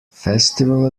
festival